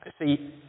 See